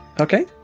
Okay